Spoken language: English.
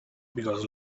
because